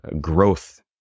growth